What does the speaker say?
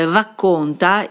racconta